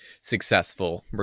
successful